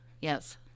yes